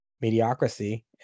mediocrity